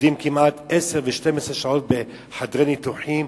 עובדים כמעט עשר ו-12 שעות בחדרי ניתוחים,